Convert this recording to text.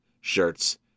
shirts